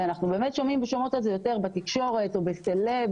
אנחנו שומעים את זה יותר בתקשורת ומסלבס